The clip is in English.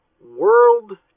world